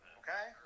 okay